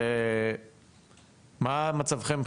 מה מצבכם,